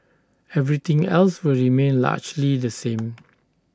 everything else will remain largely the same